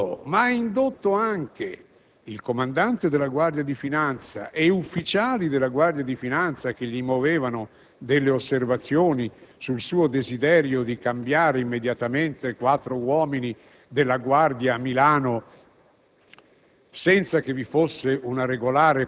ha violato le norme. Non solo, ma ha anche cercato di convincere il comandante e ufficiali della Guardia di finanza che gli muovevano delle osservazioni sul suo desiderio di cambiare immediatamente quattro uomini della Guardia a Milano,